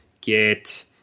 get